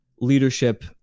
leadership